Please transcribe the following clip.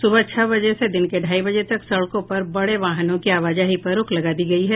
सुबह छह बजे से दिन के ढाई बजे तक सड़कों पर बड़े वाहनों की आवाजाही पर रोक लगा दी गयी है